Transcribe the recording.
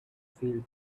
field